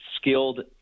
skilled